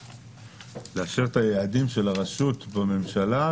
לאשר את היעדים של הרשות בממשלה?